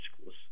schools